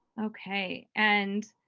okay and